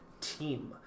team